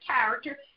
character